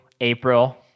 April